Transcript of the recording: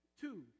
Two